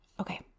Okay